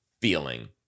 feeling